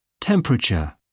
Temperature